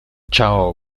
ciao